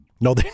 No